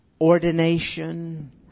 ordination